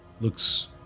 looks